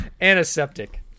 Antiseptic